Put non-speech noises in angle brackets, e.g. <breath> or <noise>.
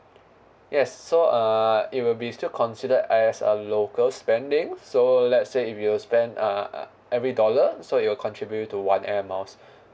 yes so uh it will be still consider as a local spending so let's say if you spend a uh every dollar so you contribute to one air miles <breath>